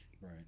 Right